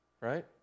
right